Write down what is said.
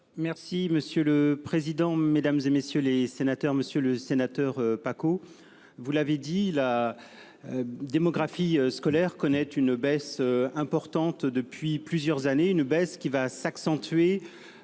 Merci monsieur le président, Mesdames, et messieurs les sénateurs, Monsieur le Sénateur Paco, vous l'avez dit la. Démographie scolaire connaît une baisse importante depuis plusieurs années une baisse qui va s'accentuer